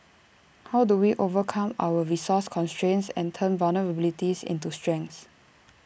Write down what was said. how do we overcome our resource constraints and turn vulnerabilities into strengths